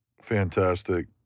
fantastic